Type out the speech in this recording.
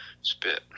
spit